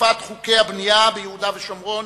אכיפת חוקי הבנייה ביהודה ושומרון,